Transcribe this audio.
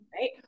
right